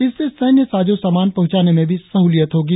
इससे सैन्य साजो सामान पहुंचाने में भी सहूलियत होगी